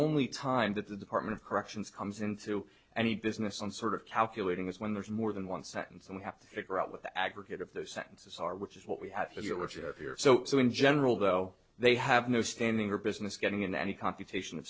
only time that the department of corrections comes into any business and sort of calculating this when there's more than one sentence and we have to figure out what the aggregate of those sentences are which is what we have to do which are here so so in general though they have no standing or business getting into any competition